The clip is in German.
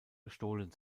gestohlen